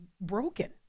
broken